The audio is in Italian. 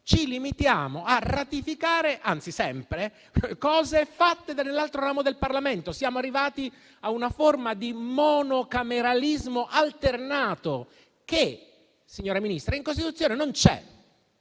ci limitiamo a ratificare atti approvati dall'altro ramo del Parlamento - dimostra come siamo arrivati a una forma di monocameralismo alternato che, signora Ministra, in Costituzione non c'è,